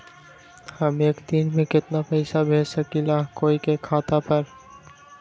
हम एक दिन में केतना पैसा भेज सकली ह कोई के खाता पर?